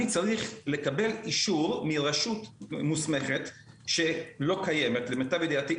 צריך לקבל אישור מרשות מוסמכת שלא קיימת למיטב ידיעתי,